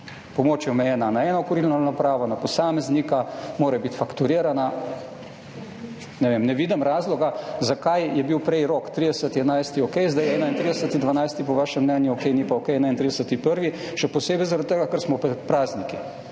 Pomoč je omejena na eno kurilno napravo, na posameznika, mora biti fakturirana. Ne vidim razloga zakaj je bil prej rok 30. 11. okej sedaj pa 31. 12. po vašem mnenju okej, ni pa okej 31. 1. Še posebej, zaradi tega, ker smo pred prazniki